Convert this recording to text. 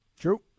True